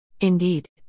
Indeed